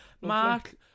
Mark